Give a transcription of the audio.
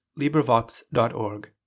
LibriVox.org